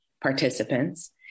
participants